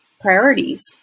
priorities